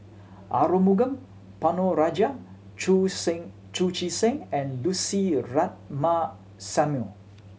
Arumugam Ponnu Rajah Chu Seng Chu Chee Seng and Lucy Ratnammah Samuel